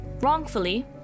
wrongfully